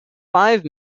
five